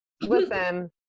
Listen